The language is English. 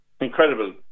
incredible